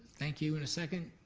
thank you, and a second?